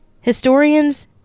Historians